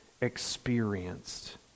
experienced